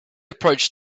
approached